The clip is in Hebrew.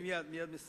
אני מייד מסיים.